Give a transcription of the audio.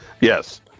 Yes